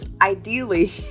Ideally